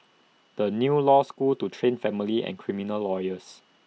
the new law school to train family and criminal lawyers